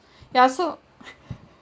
ya so